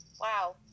wow